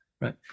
right